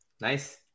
Nice